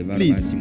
please